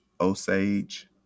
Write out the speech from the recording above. Osage